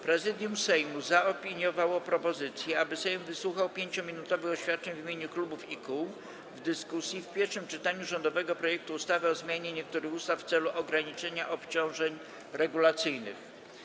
Prezydium Sejmu zaopiniowało propozycję, aby Sejm wysłuchał 5-minutowych oświadczeń w imieniu klubów i kół w dyskusji w pierwszym czytaniu rządowego projektu ustawy o zmianie niektórych ustaw w celu ograniczenia obciążeń regulacyjnych.